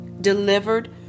delivered